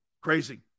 Crazy